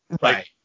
Right